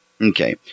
Okay